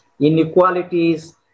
Inequalities